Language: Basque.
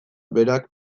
berak